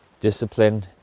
discipline